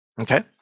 Okay